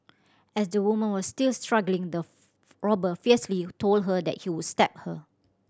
as the woman was still struggling the robber fiercely told her that he would stab her